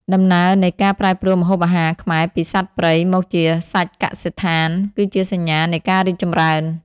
ដំណើរនៃការប្រែប្រួលម្ហូបអាហារខ្មែរពីសត្វព្រៃមកជាសាច់កសិដ្ឋាន គឺជាសញ្ញានៃការរីកចម្រើន។